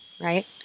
Right